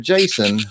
Jason